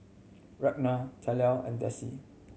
Ragna Terell and Dessie